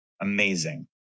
Amazing